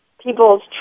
people's